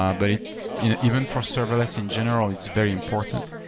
um but you know even for serverless in general, it's very important,